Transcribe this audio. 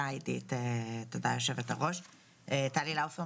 טלי לאופר,